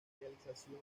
realización